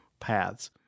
paths